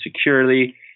securely